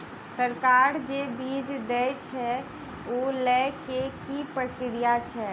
सरकार जे बीज देय छै ओ लय केँ की प्रक्रिया छै?